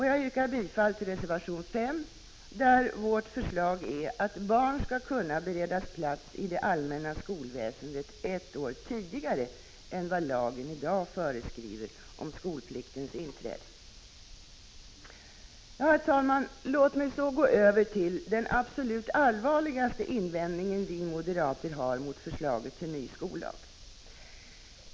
Jag yrkar bifall till reservation 5, där vårt förslag är att barn skall kunna beredas plats i det allmänna skolväsendet ett år tidigare än vad lagen i dag föreskriver om skolpliktens inträdande. Herr talman! Låt mig därefter gå över till den absolut allvarligaste invändning som vi moderater har mot förslaget till ny skollag.